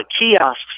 kiosks